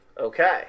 Okay